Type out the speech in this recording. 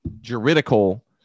juridical